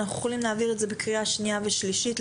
אנחנו יכולים להעביר את זה בקריאה שנייה ושלישית,